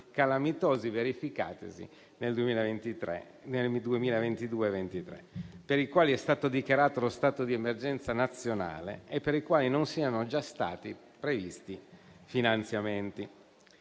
calamitosi verificatisi nel 2022 e 2023 per i quali è stato dichiarato lo stato di emergenza nazionale e per i quali non siano già stati previsti finanziamenti.